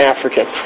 African